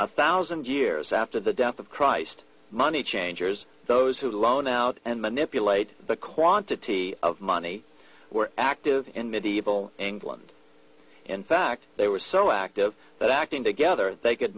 a thousand years after the death of christ money changers those who loan out and manipulate the quantity of money were active in medieval england in fact they were so active that acting together they could